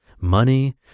money